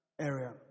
area